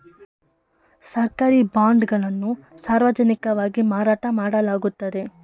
ಸರ್ಕಾರಿ ಬಾಂಡ್ ಗಳನ್ನು ಸಾರ್ವಜನಿಕವಾಗಿ ಮಾರಾಟ ಮಾಡಲಾಗುತ್ತದೆ